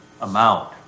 amount